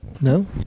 no